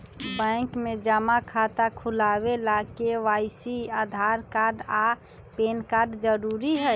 bank में जमा खाता खुलावे ला के.वाइ.सी ला आधार कार्ड आ पैन कार्ड जरूरी हई